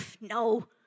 No